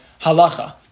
halacha